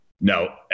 No